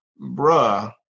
Bruh